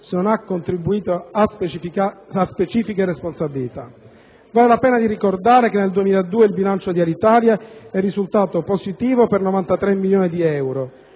se non vi ha contribuito, ha specifiche responsabilità. Vale la pena di ricordare che nel 2002 il bilancio di Alitalia è risultato positivo per 93 milioni di euro;